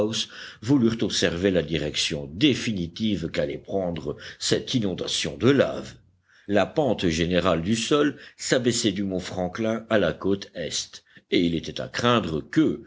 voulurent observer la direction définitive qu'allait prendre cette inondation de laves la pente générale du sol s'abaissait du mont franklin à la côte est et il était à craindre que